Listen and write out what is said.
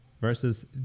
versus